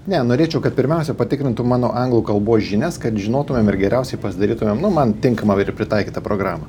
ne norėčiau kad pirmiausia patikrintų mano anglų kalbos žinias kad žinotumėm ir geriausiai pasidarytumėm nu man tinkamą ir pritaikytą programą